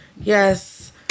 Yes